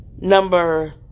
number